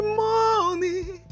morning